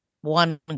one